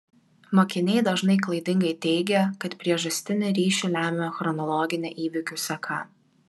mokiniai dažnai klaidingai teigia kad priežastinį ryšį lemia chronologinė įvykių seka